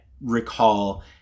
recall